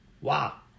Wow